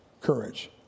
courage